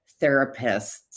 therapists